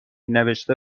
نوشته